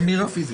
מירה תגיע פיזית.